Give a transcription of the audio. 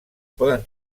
poden